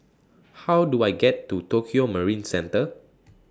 How Do I get to Tokio Marine Centre